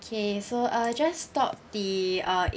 K so uh just stop the uh